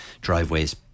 driveways